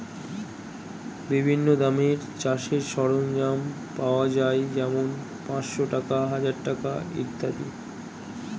বিভিন্ন দামের চাষের সরঞ্জাম পাওয়া যায় যেমন পাঁচশ টাকা, হাজার টাকা ইত্যাদি